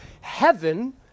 heaven